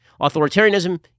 Authoritarianism